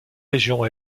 région